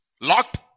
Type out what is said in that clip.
locked